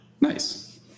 Nice